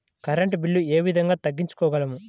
Current bill ఏ విధంగా తగ్గించుకోగలము?